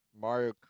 Mario